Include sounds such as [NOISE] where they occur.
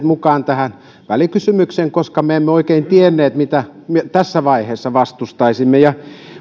[UNINTELLIGIBLE] mukaan tähän välikysymykseen koska me emme oikein tienneet mitä me tässä vaiheessa vastustaisimme ja